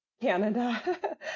Canada